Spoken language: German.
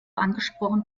angesprochen